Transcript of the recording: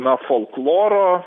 na folkloro